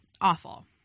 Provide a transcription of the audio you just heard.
Awful